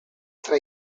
fra